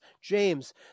James